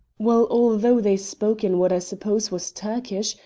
well, although they spoke in what i suppose was turkish,